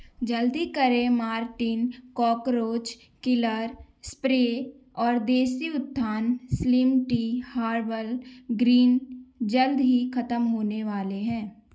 जल्दी करें Mortein cockroach killer spray और Desi Utthan slim tea herbal green tea जल्द ही खत्म होने वाले हैं